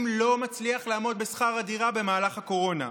לא מצליח לעמוד בשכר הדירה במהלך הקורונה.